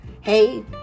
hey